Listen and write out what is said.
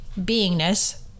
beingness